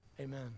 Amen